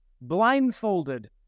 blindfolded